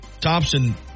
Thompson